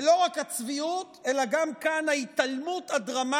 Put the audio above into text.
ולא רק הצביעות, אלא גם כאן יש התעלמות דרמטית